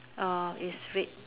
err is red